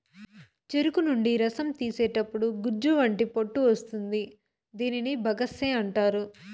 చెరుకు నుండి రసం తీసేతప్పుడు గుజ్జు వంటి పొట్టు వస్తుంది దీనిని బగస్సే అంటారు